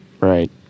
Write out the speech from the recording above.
right